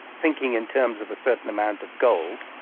thinking in terms of a certain amount of gold,